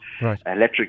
Electric